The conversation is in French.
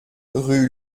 rue